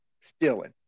stealing